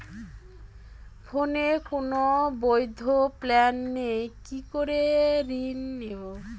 ফোনে কোন বৈধ প্ল্যান নেই কি করে ঋণ নেব?